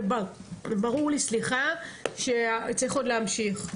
וברור לי שצריך עוד להמשיך.